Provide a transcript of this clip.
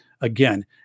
Again